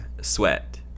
Sweat